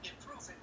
improving